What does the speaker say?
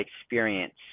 experience